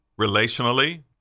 relationally